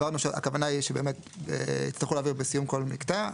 הבהרנו שהכוונה היא שבאמת יצטרכו להעביר בסיום כל מקטע.